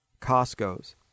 Costco's